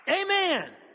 Amen